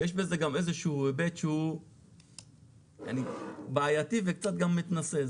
יש בזה גם היבט שהוא בעייתי וקצת גם מתנשא.